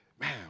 Man